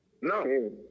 No